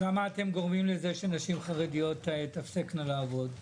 אז למה אתם גורמים לזה שנשים חרדיות תפסקנה לעבוד?